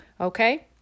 okay